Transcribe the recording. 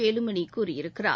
வேலுமனி கூறியிருக்கிறார்